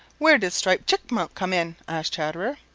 where does striped chipmunk come in? asked chatterer.